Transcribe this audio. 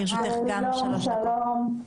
לרשותך גם שלוש דקות.